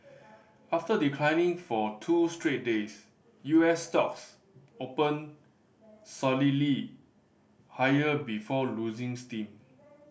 after declining for two straight days U S stocks opened solidly higher before losing steam